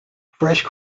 fresh